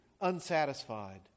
unsatisfied